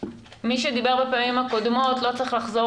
מי שדיבר בפעמים הקודמות לא צריך לחזור